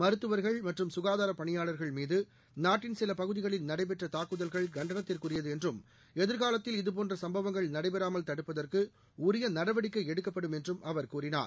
மருத்துவர்கள் மற்றும் சுகாதாரப் பணியாளர்கள் மீது நாட்டின் சில பகுதிகளில் நடைபெற்ற தாக்குதல்கள் கண்டனத்துக்குரியது என்றும் எதிர்காலத்தில் இதுபோன்ற சம்பவங்கள் நடைபெறாமல் தடுப்பதற்கு உரிய நடவடிக்கை எடுக்கப்படும் என்றும் அவர் கூறினார்